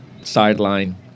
sideline